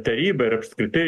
taryba ir apskritai